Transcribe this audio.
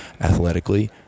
athletically